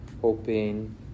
hoping